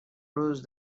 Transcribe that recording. روز